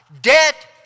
debt